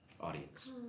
audience